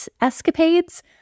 escapades